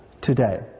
today